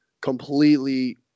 completely